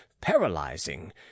paralyzing